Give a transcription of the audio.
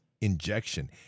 injection